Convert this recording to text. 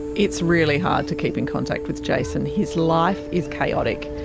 it's really hard to keep in contact with jason his life is chaotic,